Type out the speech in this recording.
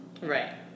Right